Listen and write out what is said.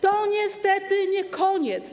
To niestety nie koniec.